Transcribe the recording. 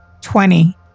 twenty